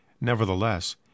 Nevertheless